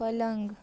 पलङ्ग